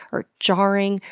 or jarring,